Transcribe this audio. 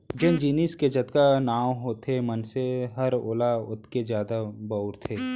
जेन जिनिस के जतका नांव होथे मनसे हर ओला ओतके जादा बउरथे